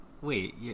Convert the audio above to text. Wait